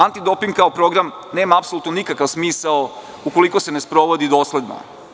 Antidoping kao program nema apsolutno nikakav smisao ukoliko se ne sprovodi dosledno.